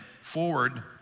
forward